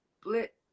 split